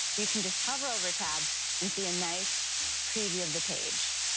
you can just hover over tabs and see a nice preview of the page.